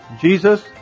Jesus